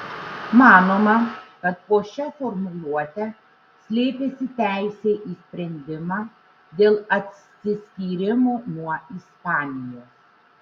manoma kad po šia formuluote slėpėsi teisė į sprendimą dėl atsiskyrimo nuo ispanijos